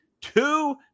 Two